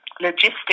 logistics